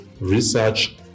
research